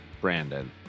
Brandon